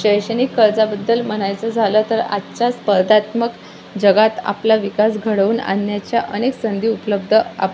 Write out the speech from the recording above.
शैक्षणिक कर्जाबद्दल म्हणायचं झालं तर आजच्या स्पर्धात्मक जगात आपला विकास घडवून आणण्याच्या अनेक संधी उपलब्ध आप